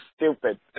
stupid